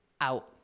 out